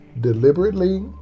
deliberately